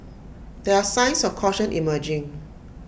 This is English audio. there are signs of caution emerging